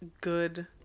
good